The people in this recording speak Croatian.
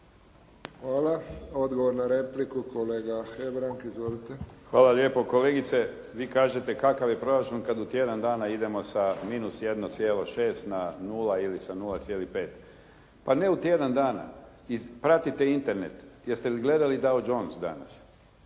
Hvala. Odgovor na repliku kolega Hebrang. Izvolite. **Hebrang, Andrija (HDZ)** Hvala lijepo. Kolegice, vi kažete kakav je proračun kad u tjedan dana idemo sa minus 1,6 na 0 ili sa 0,5. Pa ne u tjedan dana. Pratite Internet. Jeste li gledati …/Govornik se